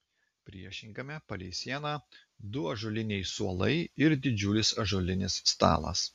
priešingame palei sieną du ąžuoliniai suolai ir didžiulis ąžuolinis stalas